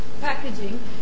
packaging